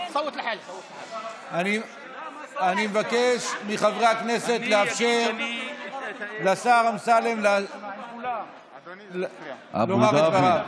אני מבקש מחברי הכנסת לאפשר לשר אמסלם לומר את דבריו.